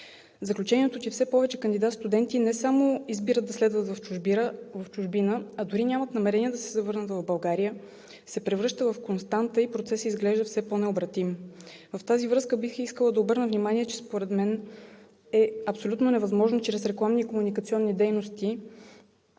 Заключението, че все повече кандидат-студенти не само избират да следват в чужбина, а дори нямат намерение да се завърнат в България, се превръща в константа и процесът изглежда все по-необратим. В тази връзка бих искала да обърна внимание, че според мен е абсолютно невъзможно чрез рекламни и комуникационни дейности